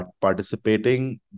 participating